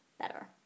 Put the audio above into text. better